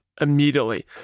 immediately